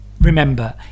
remember